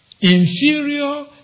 inferior